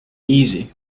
easy